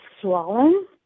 swollen